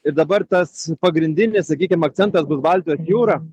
ir dabar tas pagrindinis sakykim akcentas bus baltijos jūra